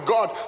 God